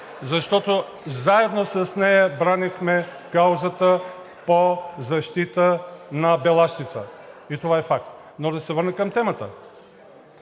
защото заедно с нея бранихме каузата по защита на Белащица и това е факт. Но да върна към темата.